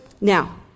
Now